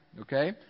okay